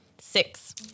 six